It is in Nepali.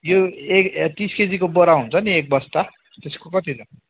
यो ए तिस केजीको बोरा हुन्छ नि एक बस्ता त्यसको कति दाम